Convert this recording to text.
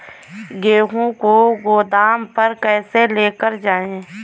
गेहूँ को गोदाम पर कैसे लेकर जाएँ?